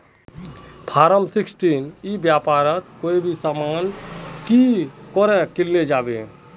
Form sixteen ई व्यापारोत कोई भी सामान की करे किनले जाबे?